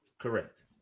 Correct